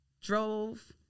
drove